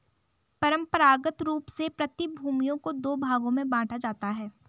परंपरागत रूप से प्रतिभूतियों को दो भागों में बांटा जाता है